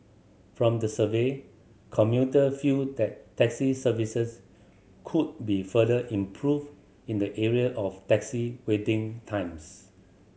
from the survey commuter feel that taxi services could be further improved in the area of taxi waiting times